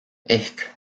ehk